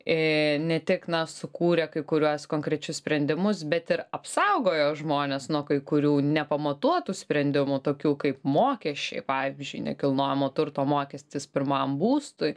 e ne tik na sukūrė kai kuriuos konkrečius sprendimus bet ir apsaugojo žmones nuo kai kurių nepamatuotų sprendimų tokių kaip mokesčiai pavyzdžiui nekilnojamo turto mokestis pirmam būstui